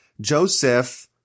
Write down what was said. Joseph